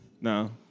No